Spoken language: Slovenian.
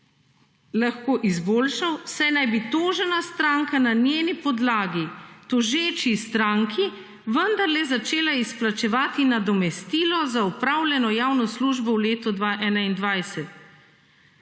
lahko izboljša, saj naj bi tožena stranka na njeni podlagi tožeči stranki vendarle začela izplačevati nadomestilo za opravljeno javno službo v letu 2021,